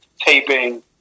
taping